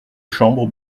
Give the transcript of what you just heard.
chambre